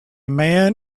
man